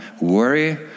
worry